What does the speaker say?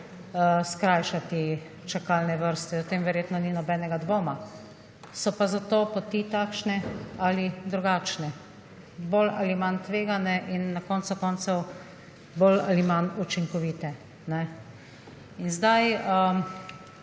skrajšati čakalne vrste. O tem verjetno ni nobenega dvoma. So pa zato poti takšne ali drugačne, bolj ali manj tvegane in na koncu koncev bolj ali manj učinkovite. In zdaj,